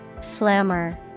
Slammer